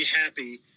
happy